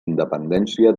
independència